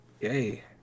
Yay